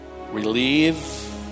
relieve